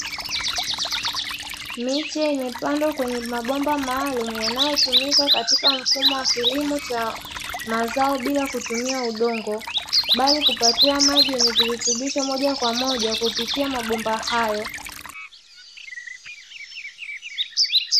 Miche imepandwa kwenye mabomba maalumu, yanayotumika katika mfumo wa kilimo cha mazao bila kutumia udongo bali kupatiwa maji yenye virutubisho moja kwa moja kupitia mabomba hayo.